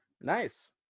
Nice